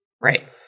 Right